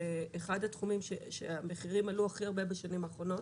שאחד התחומים שבו המחירים עלו בו הכי הרבה בשנים האחרונות,